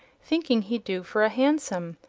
thinking he'd do for a hansom,